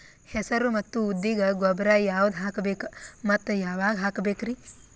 ಹೆಸರು ಮತ್ತು ಉದ್ದಿಗ ಗೊಬ್ಬರ ಯಾವದ ಹಾಕಬೇಕ ಮತ್ತ ಯಾವಾಗ ಹಾಕಬೇಕರಿ?